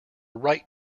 right